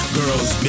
girls